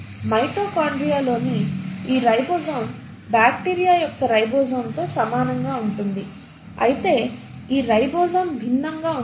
మైటోకాండ్రియాలోని ఈ ribosome bacteria యొక్క రైబోజోమ్తో సమానంగా ఉంటుంది అయితే ఈ రైబోజోమ్ భిన్నంగా ఉంటుంది